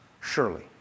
surely